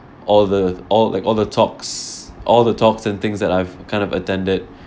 all the all the all the talks all the talks and things that I've kind of attended